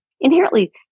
inherently